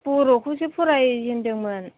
बर'खौसो फरायजेनदोंमोन